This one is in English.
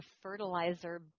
fertilizer